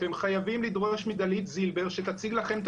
אתם חייבים לדרוש מדלית זילבר שתציג לכם את